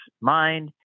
mind